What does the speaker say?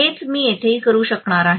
हेच मी येथेही करू शकणार आहे